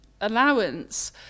allowance